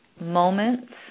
moments